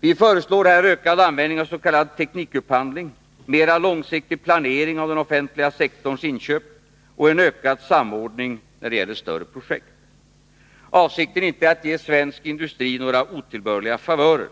Vi föreslår här ökad användning av s.k. teknikupphandling, mera långsiktig planering av den offentliga sektorns inköp och en ökad samordning av större projekt. Avsikten är inte att ge svensk industri några otillbörliga favörer.